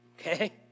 okay